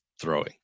throwing